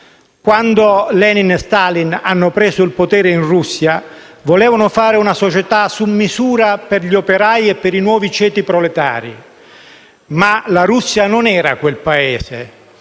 Quando Lenin e Stalin presero il potere in Russia, volevano creare una società su misura per gli operai e per i nuovi ceti proletari; ma la Russia non era quel Paese.